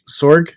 Sorg